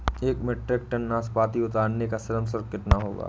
एक metric ton नाशपाती उतारने का श्रम शुल्क कितना होगा?